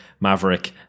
Maverick